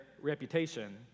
reputation